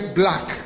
black